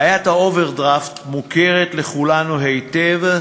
בעיית האוברדרפט מוכרת לכולנו היטב,